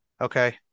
okay